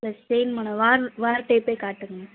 இல்லை same model வார் வார் டைப்பே காட்டுங்கள்